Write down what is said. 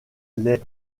des